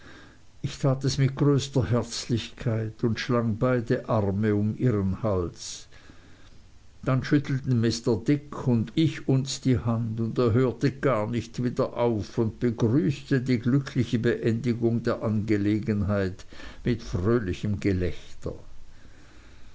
ich tat es mit größter herzlichkeit und schlang beide arme um ihren hals dann schüttelten mr dick und ich uns die hand und er hörte gar nicht wieder auf und begrüßte die glückliche beendigung der angelegenheit mit fröhlichem gelächter